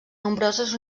nombroses